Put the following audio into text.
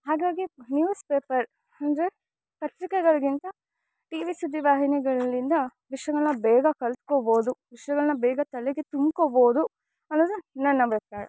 ಹಾಗಾಗಿ newspaper ಅಂದ್ರೆ ಪತ್ರಿಕೆಗಳಿಗಿಂತ ಟಿ ವಿ ಸುದ್ದಿ ವಾಹಿನಿಗಳಿಂದ ವಿಷಯಗಳ್ನ ಬೇಗ ಕಲಿತ್ಕೋಬೌದು ವಿಷಯಗಳನ್ನ ಬೇಗ ತಲೆಗೆ ತುಂಬ್ಕೋಬೌದು ಅನ್ನೋದು ನನ್ನ ಅಭಿಪ್ರಾಯ